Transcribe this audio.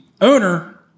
owner